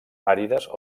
àrides